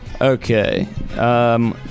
Okay